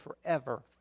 forever